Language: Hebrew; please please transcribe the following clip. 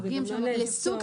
לסוג